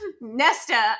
Nesta